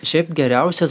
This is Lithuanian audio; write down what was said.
šiaip geriausias